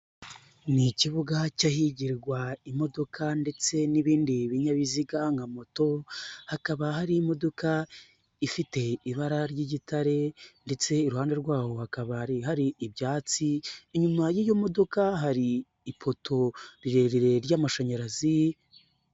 Ni ikibuga cy'ahigirwa imodoka ndetse n'ibindi binyabiziga nka moto, hakaba hari imodoka ifite ibara ry'igitare ,ndetse iruhande rwaho hakaba hari hari ibyatsi, inyuma y'iyo modoka hari ipoto rirerire ry'amashanyarazi.